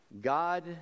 God